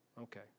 Okay